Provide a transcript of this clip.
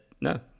no